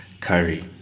curry